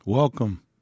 Welcome